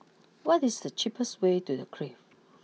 what is the cheapest way to the Clift